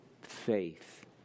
faith